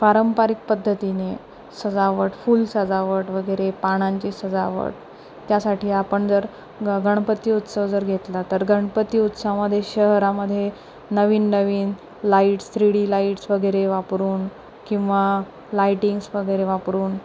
पारंपरिक पद्धतीने सजावट फूल सजावट वगैरे पानांची सजावट त्यासाठी आपण जर ग गणपती उत्सव जर घेतला तर गणपती उत्सवामध्ये शहरामध्ये नवीन नवीन लाईट्स थ्रीडी लाईट्स वगैरे वापरून किंवा लायटिंग्स वगैरे वापरून